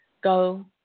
go